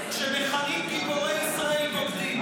כשמכנים גיבורי ישראל בוגדים.